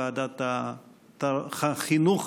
ועדת החינוך,